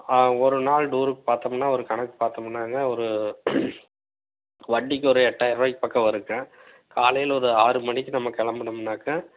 ஆ ஒருநாள் டூருக்கு பார்த்தம்னா ஒரு கணக்கு பார்த்தமுனாங்க ஒரு வண்டிக்கு ஒரு எட்டாயிரரூபாய்க்கு பக்கம் வரும்ங்க காலையில் ஒரு ஆறுமணிக்கு நம்ம கிளம்புனம்னாக்கா